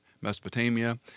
Mesopotamia